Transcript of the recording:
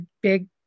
big